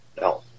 No